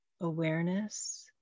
awareness